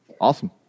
Awesome